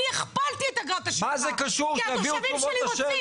אני הכפלתי את אגרת השמירה כי התושבים שלי רוצים.